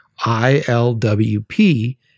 I-L-W-P